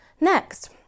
Next